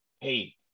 Hey